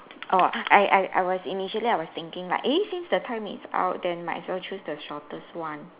orh I I I was initially I was thinking like eh since the time is out then might well choose the shortest one